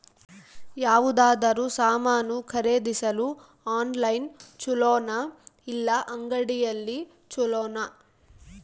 ಯಾವುದಾದರೂ ಸಾಮಾನು ಖರೇದಿಸಲು ಆನ್ಲೈನ್ ಛೊಲೊನಾ ಇಲ್ಲ ಅಂಗಡಿಯಲ್ಲಿ ಛೊಲೊನಾ?